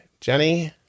Jenny